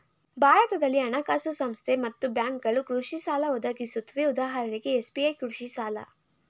ಭಾರತದಲ್ಲಿ ಹಣಕಾಸು ಸಂಸ್ಥೆ ಮತ್ತು ಬ್ಯಾಂಕ್ಗಳು ಕೃಷಿಸಾಲ ಒದಗಿಸುತ್ವೆ ಉದಾಹರಣೆಗೆ ಎಸ್.ಬಿ.ಐ ಕೃಷಿಸಾಲ